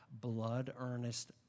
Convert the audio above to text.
blood-earnest